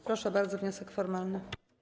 Proszę bardzo, wniosek formalny.